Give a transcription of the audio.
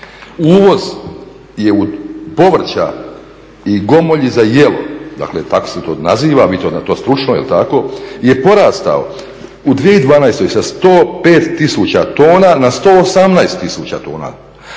uvoz je povrća i gomolja za jelo, dakle tako se to naziva stručno jel' tako, je porastao u 2012. sa 105 tisuća tona